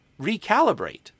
recalibrate